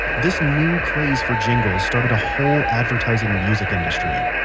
this new craze for jingles started a whole advertising music industry.